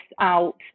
out